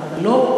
אותה?